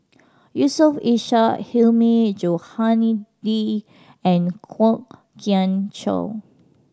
Yusof Ishak Hilmi Johandi and Kwok Kian Chow